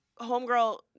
Homegirl